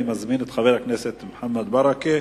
אני מזמין את חבר הכנסת מוחמד ברכה,